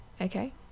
okay